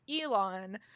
elon